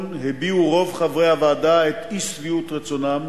הביעו רוב חברי הוועדה את אי-שביעות רצונם